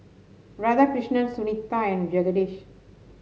Radhakrishnan Sunita and Jagadish